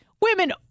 women